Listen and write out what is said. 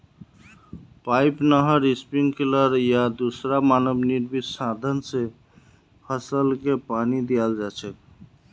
pipe, नहर, sprinkler या दूसरा मानव निर्मित साधन स फसलके पानी दियाल जा छेक